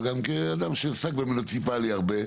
אבל כאדם שעסק במוניציפלי הרבה,